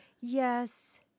Yes